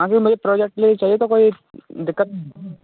हाँ जी मुझे प्रोजेक्ट के लिए ही चाहिए तो कोई दिक्कत